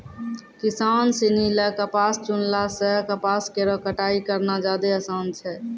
किसान सिनी ल कपास चुनला सें कपास केरो कटाई करना जादे आसान छै